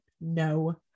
no